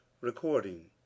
Recording